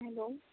hello